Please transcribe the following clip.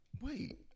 Wait